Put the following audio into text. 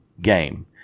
game